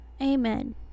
Amen